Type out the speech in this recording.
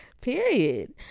Period